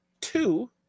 two